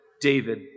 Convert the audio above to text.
David